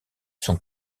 sont